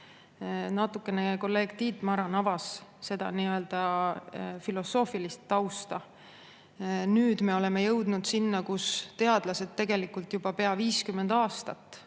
Natukene kolleeg Tiit Maran avas seda filosoofilist tausta. Nüüd me oleme jõudnud sinna, et teadlased on tegelikult juba pea 50 aastat